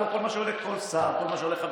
כל מה שעולה כל שר וכל מה שעולה כל חבר